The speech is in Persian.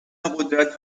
قدرت